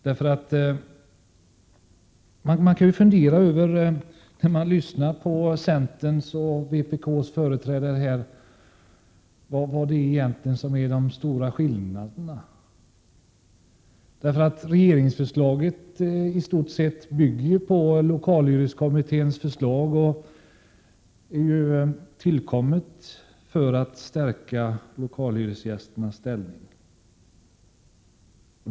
När man lyssnar på centerns och vpk:s företrädare här undrar man var egentligen de stora skillnaderna finns. Regeringsförslaget bygger i stort sett på lokalhyreskommitténs förslag och har tillkommit för att stärka lokalhyresgästernas ställning.